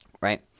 right